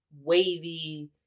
wavy